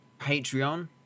Patreon